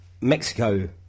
Mexico